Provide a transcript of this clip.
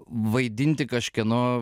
vaidinti kažkieno